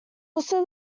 also